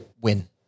Win